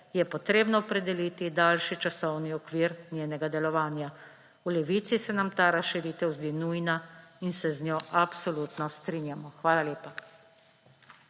je treba opredeliti daljši časovni okvir njenega delovanja. V Levici se nam ta razširitev zdi nujna in se z njo absolutno strinjamo. Hvala lepa.